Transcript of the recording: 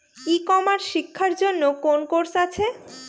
ই commerce শেক্ষার জন্য কোন কোর্স আছে?